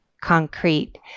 concrete